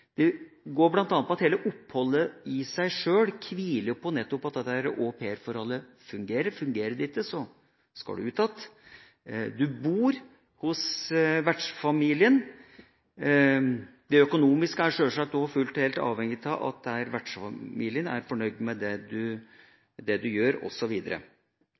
Det går bl.a. på at hele oppholdet i seg sjøl hviler på at aupairoppholdet fungerer. Fungerer det ikke, så skal man ut igjen. Man bor hos vertsfamilien, og det økonomiske er sjølsagt fullt og helt avhengig av at vertsfamilien er fornøyd med det man gjør,